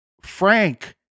frank